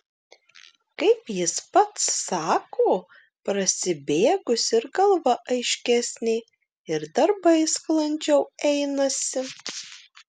kaip jis pats sako prasibėgus ir galva aiškesnė ir darbai sklandžiau einasi